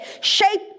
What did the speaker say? shape